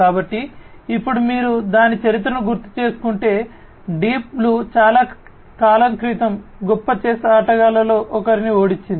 కాబట్టి మీరు ఇప్పుడు దాని చరిత్రను గుర్తుచేసుకుంటే డీప్ బ్లూ చాలా కాలం క్రితం గొప్ప చెస్ ఆటగాళ్ళలో ఒకరిని ఓడించింది